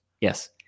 yes